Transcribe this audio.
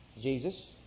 Jesus